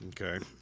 okay